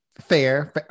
Fair